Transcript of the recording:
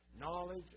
knowledge